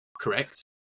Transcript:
Correct